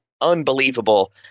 unbelievable